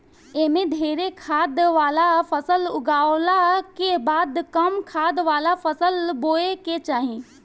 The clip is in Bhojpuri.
एमे ढेरे खाद वाला फसल उगावला के बाद कम खाद वाला फसल बोए के चाही